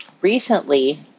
recently